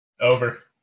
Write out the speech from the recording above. Over